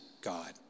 God